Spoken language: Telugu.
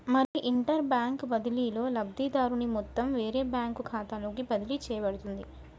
మరి ఇంటర్ బ్యాంక్ బదిలీలో లబ్ధిదారుని మొత్తం వేరే బ్యాంకు ఖాతాలోకి బదిలీ చేయబడుతుంది